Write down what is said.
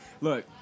Look